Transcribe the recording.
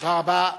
תודה רבה.